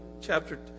chapter